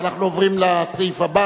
31 בעד, אין מתנגדים, אין נמנעים.